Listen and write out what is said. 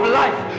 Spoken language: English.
life